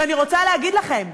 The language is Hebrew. ואני רוצה להגיד לכם: